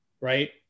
right